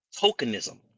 tokenism